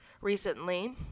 recently